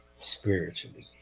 spiritually